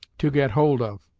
to get hold of.